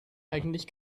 eigentlich